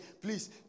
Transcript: please